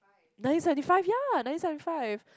nineteen seventy five ya nineteen seventy five